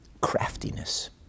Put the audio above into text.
craftiness